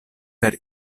per